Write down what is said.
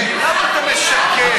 למה אתה משקר?